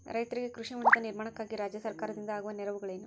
ರೈತರಿಗೆ ಕೃಷಿ ಹೊಂಡದ ನಿರ್ಮಾಣಕ್ಕಾಗಿ ರಾಜ್ಯ ಸರ್ಕಾರದಿಂದ ಆಗುವ ನೆರವುಗಳೇನು?